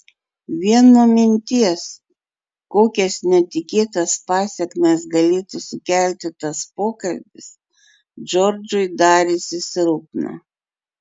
vien nuo minties kokias netikėtas pasekmes galėtų sukelti tas pokalbis džordžui darėsi silpna